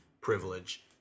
privilege